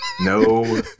No